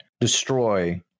destroy